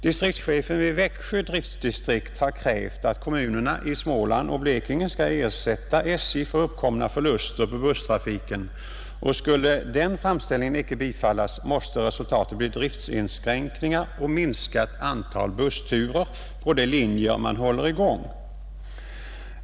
Distriktschefen vid Växjö driftdistrikt har krävt att kommunerna i Småland och Blekinge skall ersätta SJ för uppkomna förluster på busstrafiken, och skulle den framställningen icke bifallas måste resultatet bli driftinskränkningar och ett minskat antal bussturer på de linjer man håller i gång.